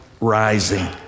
rising